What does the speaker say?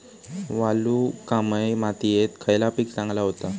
वालुकामय मातयेत खयला पीक चांगला होता?